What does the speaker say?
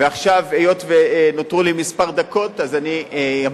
ועכשיו, היות שנותרו לי דקות מספר, אז אני אמשיך.